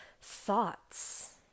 thoughts